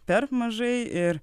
per mažai ir